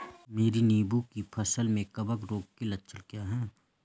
मेरी नींबू की फसल में कवक रोग के लक्षण क्या है?